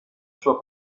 sua